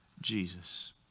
Jesus